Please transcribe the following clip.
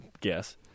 guess